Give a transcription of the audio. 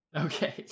Okay